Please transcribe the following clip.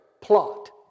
plot